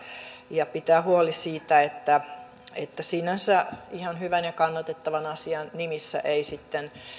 ja pitää huoli siitä että että sinänsä ihan hyvän ja kannatettavan asian nimissä ei sitten